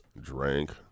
Drank